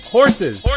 Horses